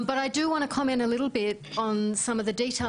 אבל אני רוצה להעיר על מס' פרטים,